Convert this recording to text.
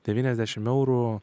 devyniasdešim eurų